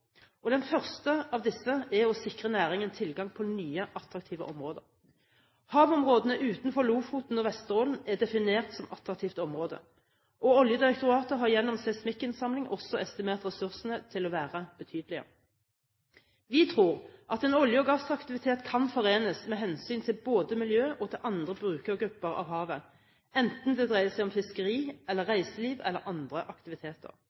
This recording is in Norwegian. fremover. Den første av disse er å sikre næringen tilgang til nye, attraktive områder. Havområdene utenfor Lofoten og Vesterålen er definert som attraktivt område. Oljedirektoratet har gjennom seismikkinnsamling også estimert ressursene til å være betydelige. Vi tror at en olje- og gassaktivitet kan forenes med hensynet til både miljø og andre brukergrupper av havet, enten det dreier seg om fiskeri, reiseliv eller andre aktiviteter.